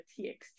TXT